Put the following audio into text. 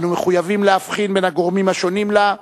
אנו מחויבים להבחין בין הגורמים השונים לה,